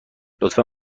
لطفا